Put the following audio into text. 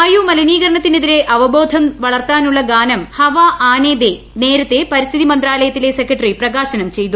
വായു മലിനീകരണത്തിനെതിരെ അവബോധം വളർത്താനുള്ള ഗാനം ഹവാ ആനേ ദെ നേരത്തെ പരിസ്ഥിതി മന്ത്രാലയത്തിലെ സെക്രട്ടറി പ്രകാശനം ചെയ്തു